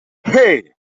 hey